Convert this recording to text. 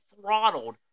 throttled